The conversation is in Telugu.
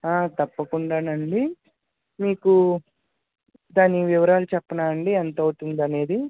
తప్పకుండానండి మీకు దాని వివరాలు చెప్పనాండి ఎంతవుతుంది అనేది